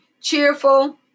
cheerful